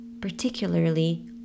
particularly